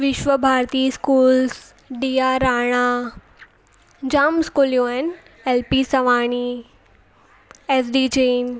विश्व Bharati schools D R Rana जामु इस्कूलूं आहिनि L P Sawani S D Jain